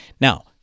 Now